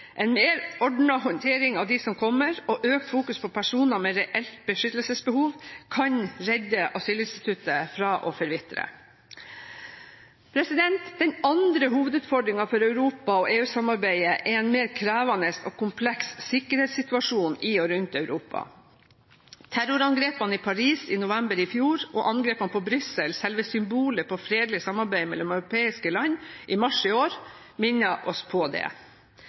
En mer ordnet håndtering av de som kommer, og økt fokusering på personer med reelt beskyttelsesbehov, kan redde asylinstituttet fra å forvitre. Den andre hovedutfordringen for Europa og EU-samarbeidet er en mer krevende og kompleks sikkerhetssituasjon i og rundt Europa. Terrorangrepene i Paris i november i fjor og angrepene på Brussel – selve symbolet på fredelig samarbeid mellom europeiske land – i mars i år minnet oss på det.